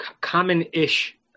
common-ish